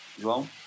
João